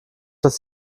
das